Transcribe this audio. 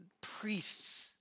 priests